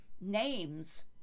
names